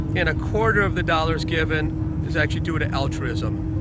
and a quarter of the dollars given is actually due to altruism.